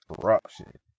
corruption